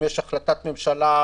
אם יש החלטת ממשלה,